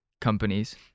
companies